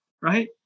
right